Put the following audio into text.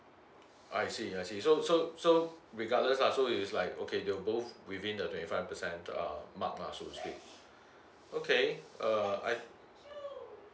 I see I see so so so regardless lah so it's like okay you both within the twenty five percent uh mark lah so okay okay uh I